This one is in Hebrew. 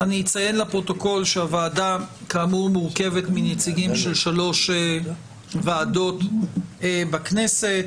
אני אציין לפרוטוקול שהוועדה כאמור מורכבת מנציגים של שלוש ועדות בכנסת,